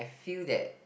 feel that